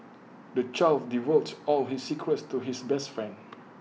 the child divulged all his secrets to his best friend